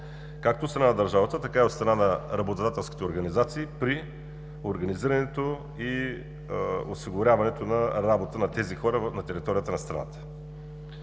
както от страна на държавата, така и от страна на работодателските организации при организирането и осигуряването на работа на тези хора на територията на страната.